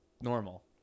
normal